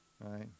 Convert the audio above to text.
Right